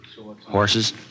Horses